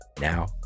Now